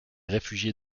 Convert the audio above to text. réfugiés